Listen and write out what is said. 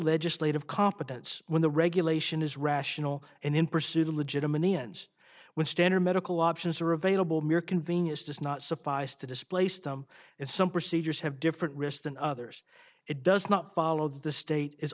legislative competence when the regulation is rational and in pursuit of legitimate ends when standard medical options are available mere convenience does not suffice to displace them in some procedures have different risks than others it does not follow the state is